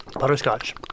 Butterscotch